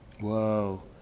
Whoa